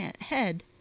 head